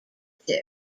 two